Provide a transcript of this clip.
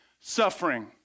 suffering